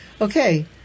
Okay